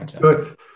Good